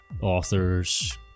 authors